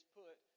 put